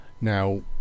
now